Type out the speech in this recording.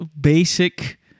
basic